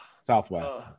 southwest